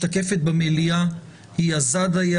שמשתקפת במליאה היא עזה דיה.